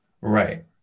right